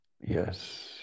Yes